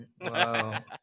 Wow